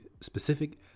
specific